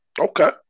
okay